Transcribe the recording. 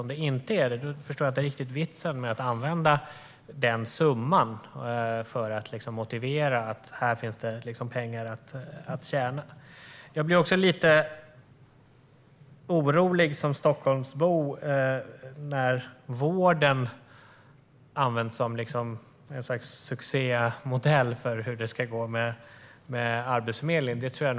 Om det inte är så, förstår jag inte riktigt vitsen med att använda den summan för att motivera att det finns pengar att tjäna. Jag blir också som boende i Stockholmsområdet lite orolig när vården anförs som en succémodell när det gäller hur det ska gå med Arbetsförmedlingen.